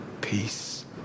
peace